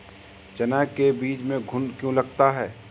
चना के बीज में घुन क्यो लगता है?